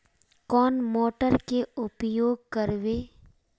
कौन मोटर के उपयोग करवे?